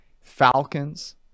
Falcons